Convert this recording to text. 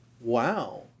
Wow